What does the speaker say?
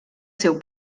seu